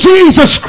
Jesus